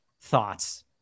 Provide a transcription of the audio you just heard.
Thoughts